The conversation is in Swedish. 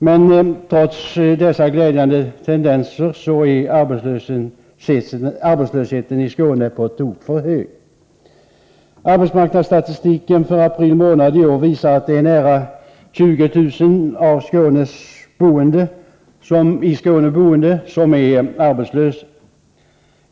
Men trots dessa glädjande tendenser är arbetslösheten i Skåne på tok för hög. Arbetsmarknadsstatistiken för april månad i år visar att det är nära 20 000 i Skåne boende som är arbetslösa.